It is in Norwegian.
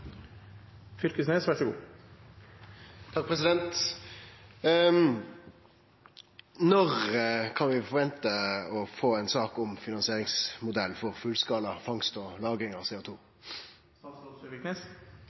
Når kan vi forvente å få ei sak om finansieringsmodell for fullskala fangst og lagring av CO